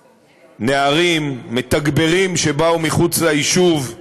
נערים, מתגברים שבאו מחוץ ליישוב: